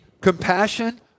compassion